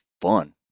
fun